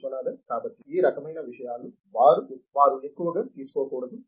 విశ్వనాథన్ కాబట్టి ఈ రకమైన విషయాలు వారు ఎక్కువగా తీసుకోకూడదు